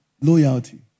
loyalty